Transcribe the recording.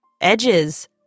edges